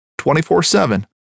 24-7